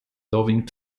loving